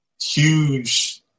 huge